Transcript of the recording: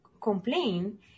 complain